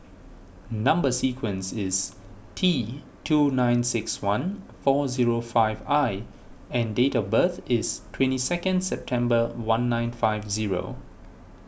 Number Sequence is T two nine six one four zero five I and date of birth is twenty second September one nine five zero